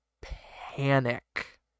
panic